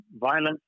violence